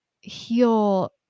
heal